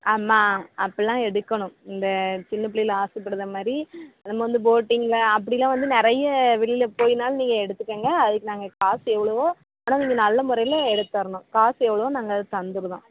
ஆமாம் அப்பெல்லாம் எடுக்கணும் இந்த சின்ன பிள்ளையள் ஆசைப்படுத மாதிரி நம்ம வந்து போட்டிங்ல அப்படிலாம் வந்து நிறைய வெளியில போய்னாலும் நீங்கள் எடுத்துக்கங்க அதுக்கு நாங்கள் காஸ் எவ்வளோவோ ஆனால் நீங்கள் நல்ல முறைல எடுத்துத்தரணும் காசு எவ்வளோவோ நாங்கள் அதை தந்துருவோம்